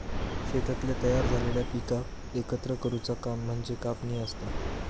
शेतातल्या तयार झालेल्या पिकाक एकत्र करुचा काम म्हणजे कापणी असता